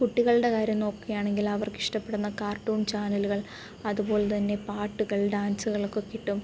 കുട്ടികളുടെ കാര്യം നോക്കുകയാണെങ്കിൽ അവർക്കിഷ്ടപ്പെടുന്ന കാർട്ടൂൺ ചാനലുകൾ അതുപോലെത്തന്നെ പാട്ടുകൾ ഡാൻസുകളൊക്കെ കിട്ടും